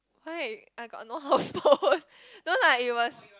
right I got no no lah it was